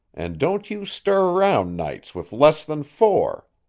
and don't you stir round nights with less than four.